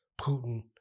Putin